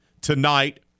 tonight